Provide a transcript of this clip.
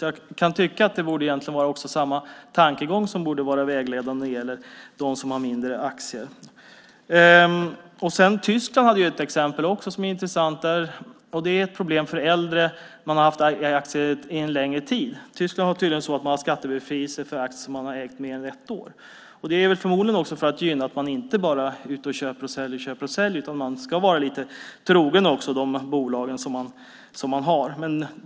Jag kan tycka att samma tankegång borde vara vägledande när det gäller dem som har färre aktier. Tyskland har ett intressant exempel. Det är ett problem för äldre när de har haft aktier en längre tid. I Tyskland är det tydligen så att man har skattebefrielse för aktier som man har ägt mer än ett år. Det är förmodligen för att gynna att man inte bara är ute och köper och säljer. Man ska vara lite trogen de bolag som man har.